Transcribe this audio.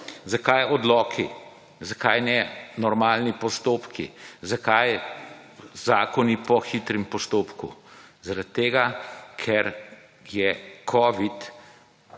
Zakaj odloki? Zakaj ne normalni postopki? Zakaj zakoni po hitrem postopku? Zaradi tega, ker je Covid